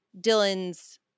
Dylan's